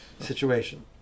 situation